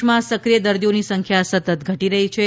દેશમાં સક્રિય દર્દીઓની સંખ્યા સતત ઘટી રહી છે